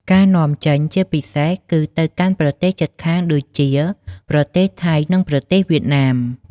ការនាំចេញជាពិសេស គឺទៅកាន់ប្រទេសជិតខាងដូចជាប្រទេសថៃ និងប្រទេសវៀតណាម។